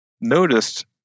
noticed